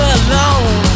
alone